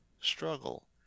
struggle